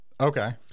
Okay